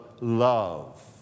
love